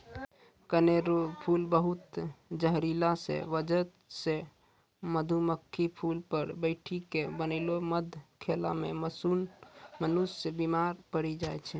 कनेर रो फूल बहुत जहरीला रो बजह से मधुमक्खी फूल पर बैठी के बनैलो मध खेला से मनुष्य बिमार पड़ी जाय छै